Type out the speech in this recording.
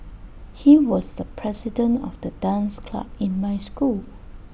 he was the president of the dance club in my school